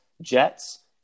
Jets